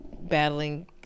battling